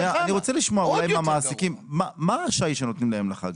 אני רוצה לשמוע אולי מהמעסיקים מה השי שהם מקבלים לחג.